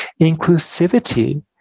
inclusivity